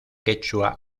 quechua